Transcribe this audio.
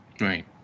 right